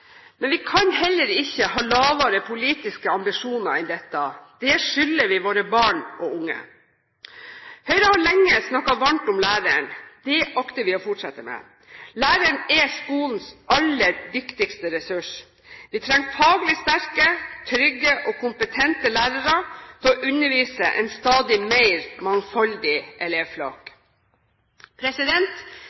Men vi kan heller ikke ha lavere politiske ambisjoner enn dette. Det skylder vi våre barn og unge. Høyre har lenge snakket varmt om læreren. Det akter vi å fortsette med. Læreren er skolens aller viktigste ressurs. Vi trenger faglig sterke, trygge og kompetente lærere til å undervise en stadig mer mangfoldig elevflokk.